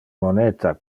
moneta